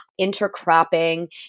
intercropping